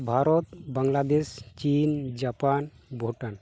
ᱵᱷᱟᱨᱚᱛ ᱵᱟᱝᱞᱟᱫᱮᱥ ᱪᱤᱱ ᱡᱟᱯᱟᱱ ᱵᱷᱩᱴᱟᱱ